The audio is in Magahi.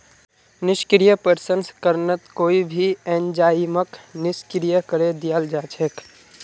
निष्क्रिय प्रसंस्करणत कोई भी एंजाइमक निष्क्रिय करे दियाल जा छेक